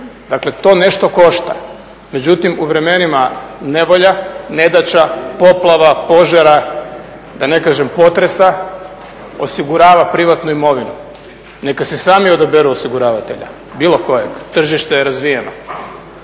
Dakle, to nešto košta, međutim u vremenima nevolja, nedaća, poplava, požara, da ne kažem potresa, osigurava privatnu imovinu. Neka si sami odaberu osiguravatelja, bilo kojeg. Tržište je razvijeno.